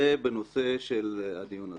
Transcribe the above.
זה בנושא הדיון עצמו,